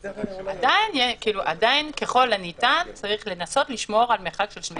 עדיין ככל הניתן, יש לנסות לשמור על מרחק 2 מטרים.